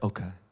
Okay